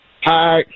Hi